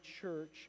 church